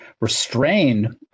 restrained